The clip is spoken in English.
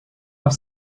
have